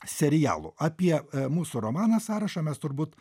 serialų apie mūsų romaną sąrašą mes turbūt